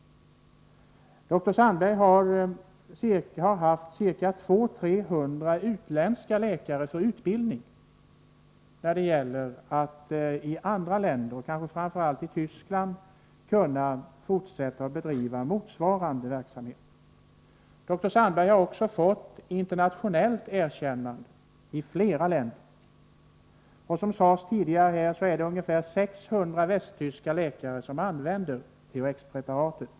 Dr Sandberg har haft 200-300 utländska läkare här för utbildning för att man i andra länder, kanske framför allt i Tyskland, skall kunna bedriva motsvarande verksamhet. Dr Sandberg har också vunnit erkännande i flera länder. Som sagt använder ungefär 600 västtyska läkare THX-preparatet.